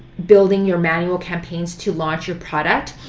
building your manual campaigns to launch your product.